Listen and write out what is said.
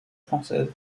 française